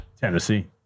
Tennessee